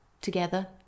together